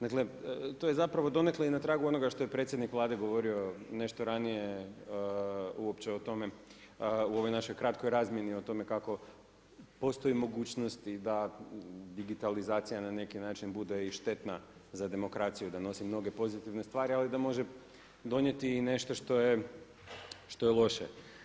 Dakle to je donekle i na tragu onoga što je predsjednik Vlade govorio nešto ranije uopće o tome u ovoj našoj kratkoj razmjeni o tome kako postoje mogućnosti da digitalizacija na neki način bude i štetna za demokraciju, da nosi mnoge pozitivne stvari ali da može donijeti i nešto što je loše.